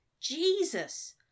Jesus